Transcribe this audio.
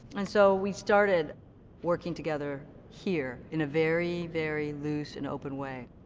and so we started working together here in a very, very loose and open way.